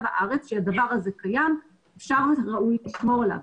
הארץ על כך שהדבר הזה קיים וראוי לשמור עליו.